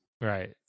Right